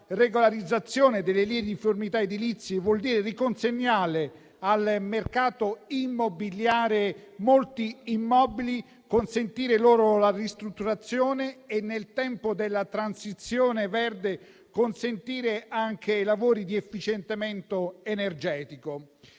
regolarizzazione e delle lievi difformità edilizie vuol dire riconsegnare al mercato immobiliare molti immobili, consentire loro la ristrutturazione e, nel tempo della transizione verde, consentire anche lavori di efficientamento energetico.